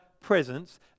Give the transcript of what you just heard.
presence